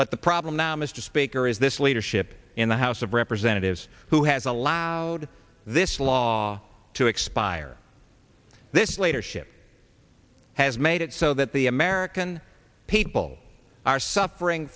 but the problem now mr speaker is this leadership in the house of representatives who has allowed this law to expire this later ship has made it so that the american people are suffering